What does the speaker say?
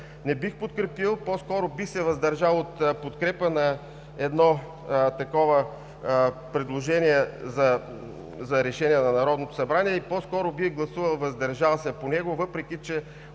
Не бих подкрепил, по-скоро бих се въздържал от подкрепа на такова предложение за решение на Народното събрание, и по-скоро бих гласувал „въздържал се“ по него, въпреки че,